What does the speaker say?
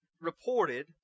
reported